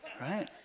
right